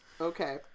Okay